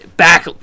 Back